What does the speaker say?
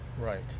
Right